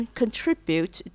contribute